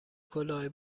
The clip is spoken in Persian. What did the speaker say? کلاه